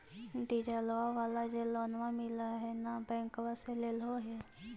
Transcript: डिजलवा वाला जे लोनवा मिल है नै बैंकवा से लेलहो हे?